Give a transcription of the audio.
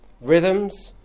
Rhythms